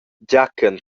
giachen